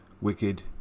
Wicked